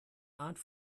art